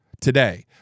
today